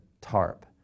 tarp